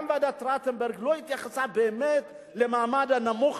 גם ועדת-טרכטנברג לא התייחסה באמת למעמד הנמוך,